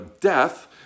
death